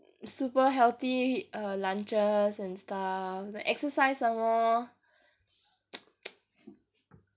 super healthy err lunches and stuff like exercise some more